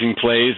plays